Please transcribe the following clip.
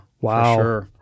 Wow